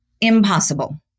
impossible